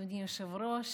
אדוני היושב-ראש,